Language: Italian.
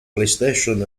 playstation